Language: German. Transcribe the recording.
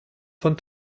von